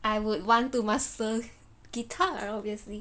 I would want to master guitar obviously